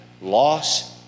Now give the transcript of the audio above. loss